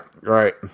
right